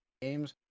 games